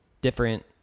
different